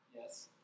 yes